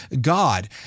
God